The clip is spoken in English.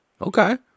Okay